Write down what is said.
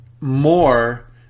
more